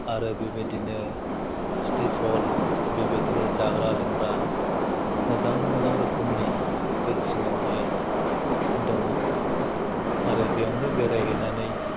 आरो बेबायदिनो स्टेज हल बेबादिनो जाग्रा लोंग्रा मोजां मोजां रोखोमनि बे सिङावहाय दङ आरो बेयावनो बेरायहैनानै